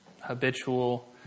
habitual